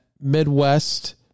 Midwest